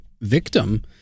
victim